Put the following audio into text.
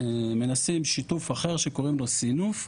מנסים שיתוף אחר שקוראים לו סינוף.